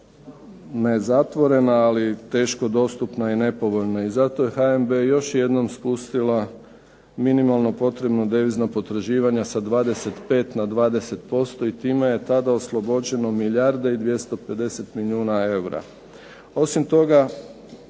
ne zatvorena ali teško dostupna i nepovoljna i zato je HNB još jednom spustila minimalno potrebna devizna potraživanja sa 25 na 20% i time je tada oslobođeno milijarda i 250 milijuna eura. Osim toga,